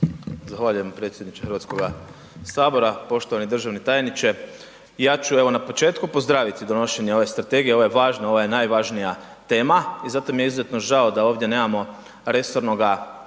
Zahvaljujem predsjedniče HS. Poštovani državni tajniče, ja ću evo na početku pozdraviti donošenje ove strategije, ovo je važna, ovo je najvažnija tema i zato mi je izuzetno žao da ovdje nemamo resornoga